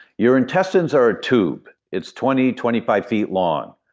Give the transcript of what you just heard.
your intestines are a tube. it's twenty, twenty five feet long.